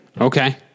Okay